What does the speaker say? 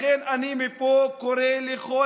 לכן אני מפה קורא לכל